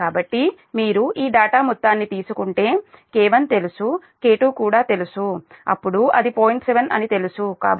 కాబట్టి మీరు ఈ డేటా మొత్తాన్ని తీసుకుంటే K1 తెలుసు K2 కూడా తెలుసు అప్పుడు అది 0